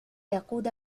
يقود